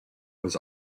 was